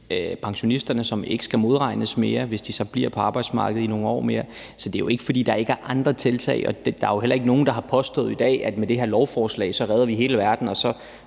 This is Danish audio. pensionisterne, som ikke skal modregnes mere, hvis de bliver på arbejdsmarkedet i nogle flere år. Så det er jo ikke, fordi der ikke andre tiltag. Og der er jo heller ikke nogen, der har påstået i dag, at vi med det her lovforslag redder hele verden, og så